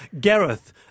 Gareth